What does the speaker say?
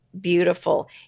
beautiful